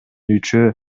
үчөө